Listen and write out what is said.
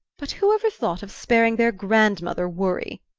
but who ever thought of sparing their grandmother worry?